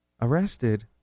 arrested